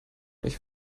nicht